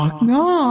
No